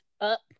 up